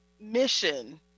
mission